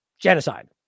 genocide